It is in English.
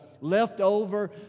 leftover